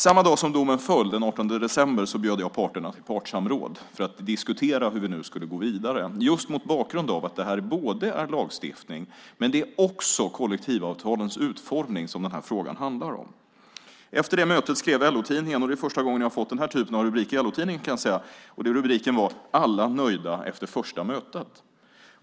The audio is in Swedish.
Samma dag som domen föll - den 18 december - bjöd jag parterna till partssamråd för att diskutera hur vi nu skulle gå vidare just mot bakgrund av att denna fråga handlar både om lagstiftning och om kollektivavtalens utformning. Efter detta möte skrev LO-Tidningen: Alla nöjda efter första mötet. Det är första gången som jag har fått den här typen av rubrik i LO-Tidningen.